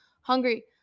hungry